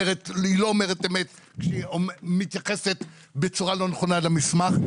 אומרת אמת כשהיא מתייחסת בצורה לא נכונה למסמך.